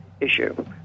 issue